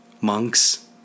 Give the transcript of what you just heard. monks